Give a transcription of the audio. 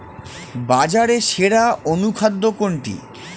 বাজারে সেরা অনুখাদ্য কোনটি?